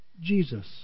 Jesus